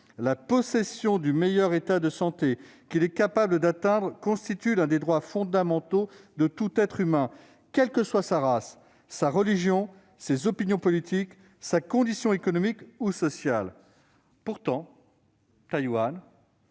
La possession du meilleur état de santé qu'il est capable d'atteindre constitue l'un des droits fondamentaux de tout être humain, quelles que soient sa race, sa religion, ses opinions politiques, sa condition économique ou sociale. » Pourtant, Taïwan